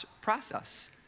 process